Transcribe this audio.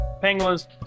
Penguins